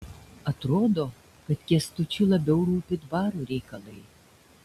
atrodo kad kęstučiui labiau rūpi dvaro reikalai